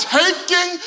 taking